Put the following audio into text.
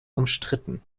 umstritten